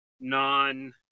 non